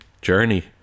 journey